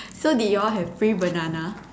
so did you all have free banana